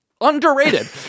Underrated